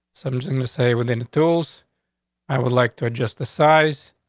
something to say within the tools i would like to adjust the size